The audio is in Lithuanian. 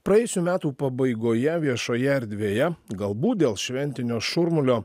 praėjusių metų pabaigoje viešoje erdvėje galbūt dėl šventinio šurmulio